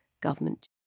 government